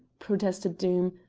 protested doom,